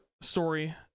story